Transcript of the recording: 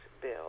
Bill